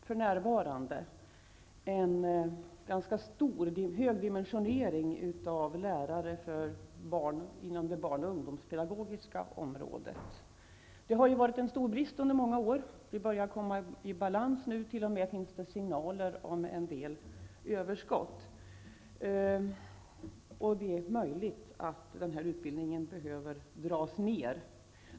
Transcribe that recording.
För närvarande har vi en ganska stor dimensionering av lärare inom det barn och ungdomspedagogiska området. Det har ju rått en stor brist under många år, men utbildningen har nu börjat komma i balans. Det finns t.o.m. signaler om en del överskott. Det är möjligt att antalet platser på den här utbildningen behöver dras ned.